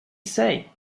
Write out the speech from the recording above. say